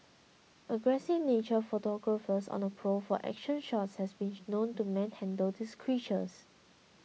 aggressive nature photographers on the prowl for action shots have been known to manhandle these creatures